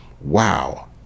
wow